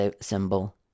symbol